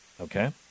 Okay